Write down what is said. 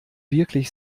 wirklich